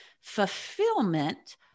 fulfillment